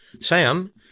Sam